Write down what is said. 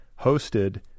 hosted